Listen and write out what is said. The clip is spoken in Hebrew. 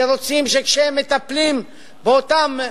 שרוצים שכשהם מטפלים באותם אזרחים,